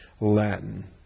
Latin